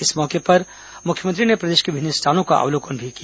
इस मौके पर उन्होंने प्रदेश के विभिन्न स्टॉलों का अवलोकन भी किया